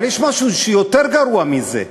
אבל יש משהו שהוא יותר גרוע מזה,